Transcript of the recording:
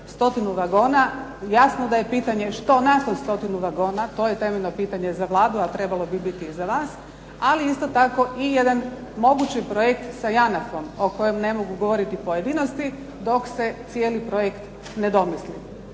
stotinu vagona. Jasno da je pitanje što .../Govornica se ne razumije./... stotinu vagona, to je temeljno pitanje za Vladu a trebalo bi biti i za vas. Ali isto tako i jedan mogući projekt sa JANAF-om o kojem ne mogu govoriti pojedinosti dok se ne cijeli projekt ne domisli.